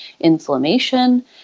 inflammation